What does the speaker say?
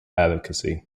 advocacy